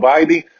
Biden